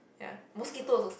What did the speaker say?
ya mosquito also scared